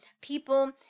people